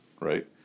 right